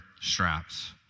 straps